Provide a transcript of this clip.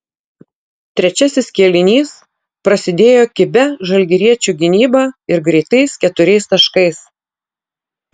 trečiasis kėlinys prasidėjo kibia žalgiriečių gynyba ir greitais keturiais taškais